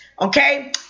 Okay